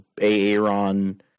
aaron